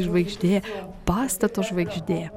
žvaigždė pastato žvaigždė